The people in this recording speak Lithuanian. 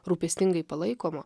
rūpestingai palaikomo